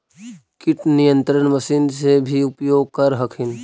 किट नियन्त्रण मशिन से भी उपयोग कर हखिन?